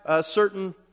certain